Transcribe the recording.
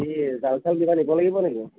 কি জাল চাল কিবা নিব লাগিব নেকি